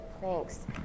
thanks